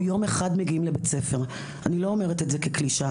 או יום אחד מגיעים לבית ספר אני לא אומרת את זה כקלישאה.